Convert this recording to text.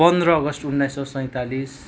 पन्ध्र अगस्ट उन्नाइस सौ सैँतालिस